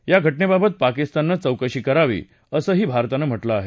या घटनेबाबत पाकिस्ताननं चौकशी करावी असंही भारतानं म्हटलं आहे